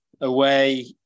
away